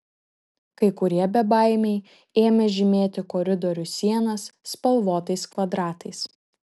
kai kurie bebaimiai ėmė žymėti koridorių sienas spalvotais kvadratais